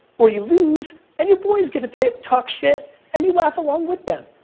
or you lose and your boys get to to talk shit and you laugh along with them.